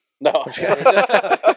No